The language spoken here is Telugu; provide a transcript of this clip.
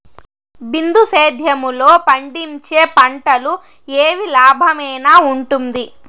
బిందు సేద్యము లో పండించే పంటలు ఏవి లాభమేనా వుంటుంది?